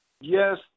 Yes